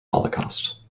holocaust